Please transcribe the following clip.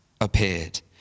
appeared